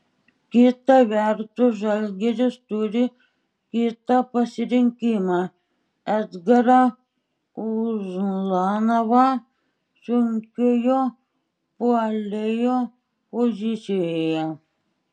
kita vertus žalgiris turi kitą pasirinkimą edgarą ulanovą sunkiojo puolėjo pozicijoje